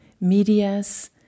medias